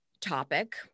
topic